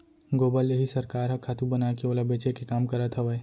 गोबर ले ही सरकार ह खातू बनाके ओला बेचे के काम करत हवय